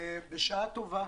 בשעה טובה.